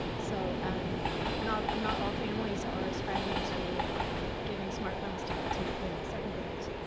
so not not all families are ascribing to giving smartphones to to you know second graders,